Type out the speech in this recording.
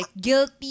guilty